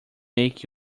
make